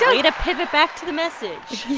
yeah yeah to pivot back to the message.